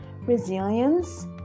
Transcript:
resilience